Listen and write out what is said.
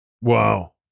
Wow